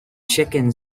chicken